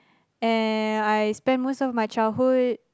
and I spend most of my childhood